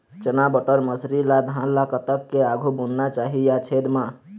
चना बटर मसरी ला धान ला कतक के आघु बुनना चाही या छेद मां?